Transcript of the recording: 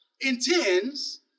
intends